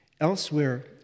elsewhere